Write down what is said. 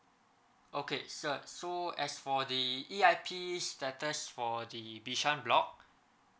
okay sir so as for the E_I_P status for the bishan block